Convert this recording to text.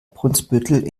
brunsbüttel